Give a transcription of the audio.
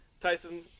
Tyson